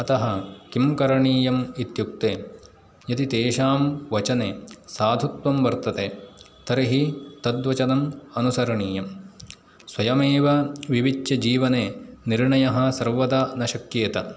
अतः किं करणीयम् इत्युक्ते यदि तेषां वचने साधुत्वं वर्तते तर्हि तद्वचनम् अनुसरणीयं स्वयमेव विविच्य जीवने निर्णयः सर्वदा न शक्येत